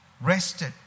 Rested